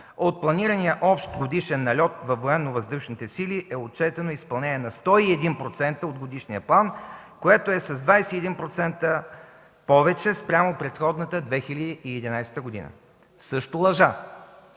От планирания общ годишен нальот във Военновъздушните сили (ВВС) е отчетено изпълнение на 101% от годишния план, което е с 21% повече спрямо предходната 2011 г.”. Също лъжа!